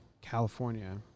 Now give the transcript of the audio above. California